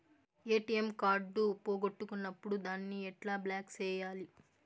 ATM card పోగొట్టుకున్నప్పుడు దాన్ని ఎట్లా బ్లాక్ సేయాలి